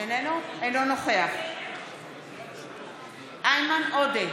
אינו נוכח איימן עודה,